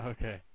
Okay